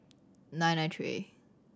nine nine three